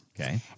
Okay